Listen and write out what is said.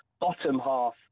bottom-half